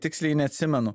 tiksliai neatsimenu